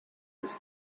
his